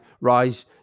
rise